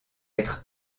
être